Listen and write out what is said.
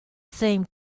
same